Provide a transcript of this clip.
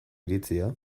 iritzia